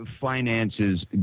finances